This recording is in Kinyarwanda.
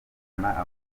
avuga